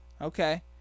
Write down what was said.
Okay